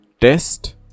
Test